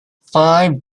five